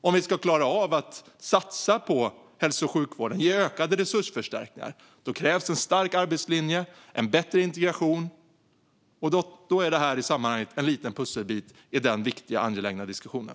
Om vi ska klara av att satsa på hälso och sjukvården och ge ökade resursförstärkningar krävs en stark arbetslinje och en bättre integration. Detta är en liten pusselbit i den viktiga och angelägna diskussionen.